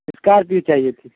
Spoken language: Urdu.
اسکارپیو چاہیے تھی